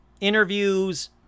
interviews